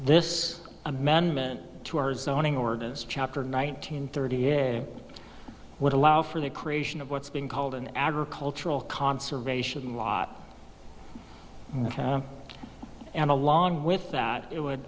this amendment to our zoning ordinance chapter nineteen thirty it would allow for the creation of what's being called an agricultural conservation law and along with that it would